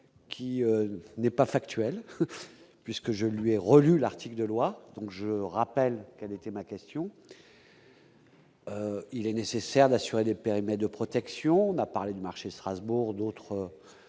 qui n'est pas factuel, puisque j'ai lu et relu l'article de loi, donc je rappelle qu'elle était ma question. Il est nécessaire d'assurer des périmètres de protection n'a parlé de marché Strasbourg, d'autres